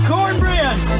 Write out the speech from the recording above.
Cornbread